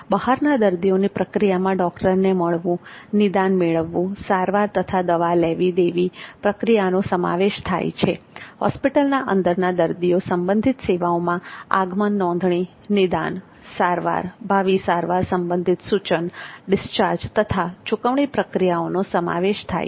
બહારના દર્દીઓની પ્રક્રિયામાં ડૉક્ટરને મળવું નિદાન મેળવવું સારવાર તથા દવા લેવી દેવી પ્રક્રિયાનો સમાવેશ થાય છે જ્યારે હોસ્પિટલની અંદરના દર્દીઓ સંબંધિત સેવાઓમાં આગમન નોંધણી નિદાન સારવાર ભાવિ સારવાર સંબંધિત સૂચન ડિસ્ચાર્જ તથા ચુકવણી પ્રક્રિયાઓનો સમાવેશ થાય છે